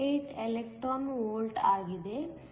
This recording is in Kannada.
48 ಎಲೆಕ್ಟ್ರಾನ್ ವೋಲ್ಟ್ ಆಗಿದೆ